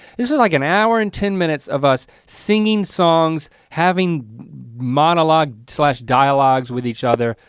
this is like an hour and ten minutes of us singing songs, having monologue slash dialogues with each other,